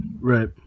Right